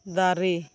ᱫᱟᱨᱮ